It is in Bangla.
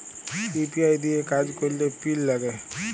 ইউ.পি.আই দিঁয়ে কাজ ক্যরলে পিল লাগে